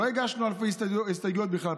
לא הגשנו אלפי הסתייגויות בכלל.